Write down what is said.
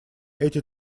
эти